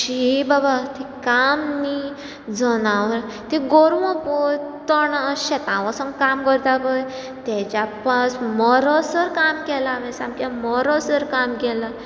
शी बाबा तें काम न्ही जनावरां तीं गोरवां पळय तणा शेता वचून काम करता पळय ताज्या पास्ट मरसर काम केलां हांवें मरसर काम केलां